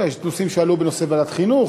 יש נושאים שעלו בנושא בוועדת החינוך,